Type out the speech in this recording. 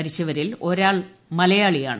മരിച്ചവരിൽ ഒരാൾ മലയാളിയാണ്